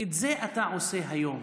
זה אתה עושה היום.